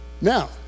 now